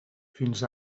fins